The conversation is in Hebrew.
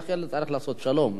לכן צריך לעשות שלום.